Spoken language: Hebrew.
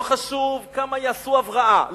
לא חשוב כמה יעשו הבראה,